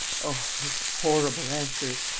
oh, those horrible answers!